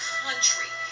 country